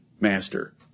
master